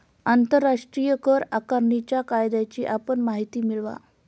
आंतरराष्ट्रीय कर आकारणीच्या कायद्याची आपण माहिती मिळवा